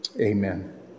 Amen